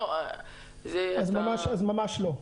אז ממש לא,